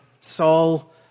Saul